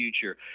future